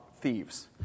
thieves